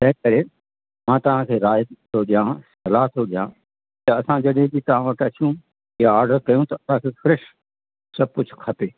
तंहिं करे मां तव्हांखे राय थो ॾियां सलाह तो ॾियां कि असां जॾहिं बि तव्हां वटि अचूं या ऑडर कयूं त असांखे फ़्रेश सभु कुझु खपे